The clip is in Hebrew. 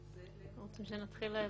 אתה רוצה שנתחיל בהקראה?